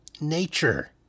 nature